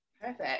Perfect